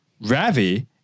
Ravi